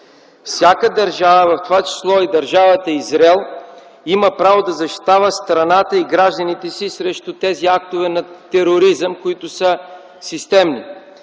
Всяка държава, в това число и държавата Израел, има право да защитава страната и гражданите си срещу тези актове на тероризъм, които са системни.